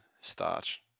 starch